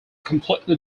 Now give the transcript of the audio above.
completely